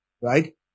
right